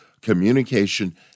communication